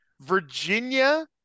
Virginia